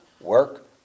work